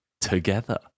Together